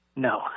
No